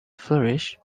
flourish